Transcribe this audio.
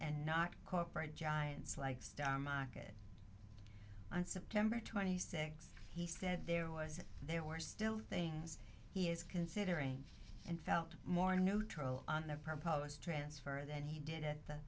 and not corporate giants like on september twenty sixth he said there was there were still things he is considering and felt more neutral on the proposed transfer than he did at the